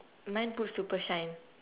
mine put super shine